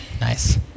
Nice